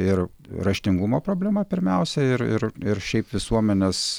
ir raštingumo problema pirmiausia ir ir ir šiaip visuomenės